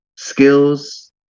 skills